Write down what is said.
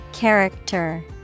Character